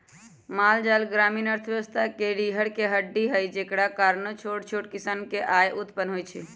माल जाल ग्रामीण अर्थव्यवस्था के रीरह के हड्डी हई जेकरा कारणे छोट छोट किसान के आय उत्पन होइ छइ